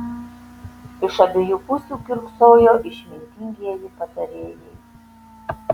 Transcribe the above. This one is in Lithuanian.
iš abiejų pusių kiurksojo išmintingieji patarėjai